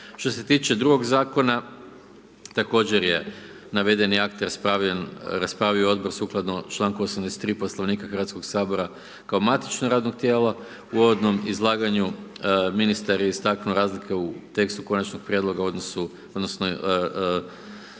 Što se tiče drugog Zakona, također je navedeni akt raspravljan, raspravio Odbor sukladno članku 83., Poslovnika Hrvatskog sabora, kao matično radno tijelo. U uvodnom izlaganju, ministar je istaknuo razlike u tekstu Konačnog prijedloga u odnosu,